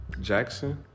Jackson